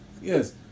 Yes